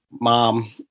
mom